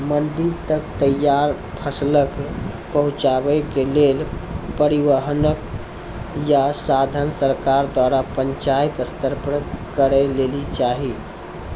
मंडी तक तैयार फसलक पहुँचावे के लेल परिवहनक या साधन सरकार द्वारा पंचायत स्तर पर करै लेली चाही?